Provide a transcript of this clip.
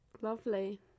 Lovely